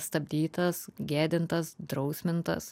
stabdytas gėdintas drausmintas